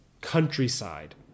countryside